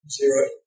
zero